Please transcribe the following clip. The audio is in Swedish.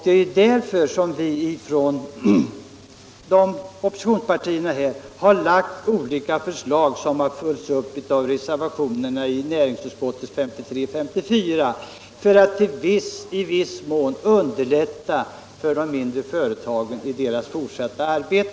Det är därför som vi från oppositionspartierna har väckt olika förslag, som har följts upp i reservationerna tiil näringsutskottets betänkanden nr 53 och 54, för att i viss mån underlätta för de mindre företagen i deras fortsatta arbete.